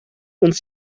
uns